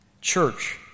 Church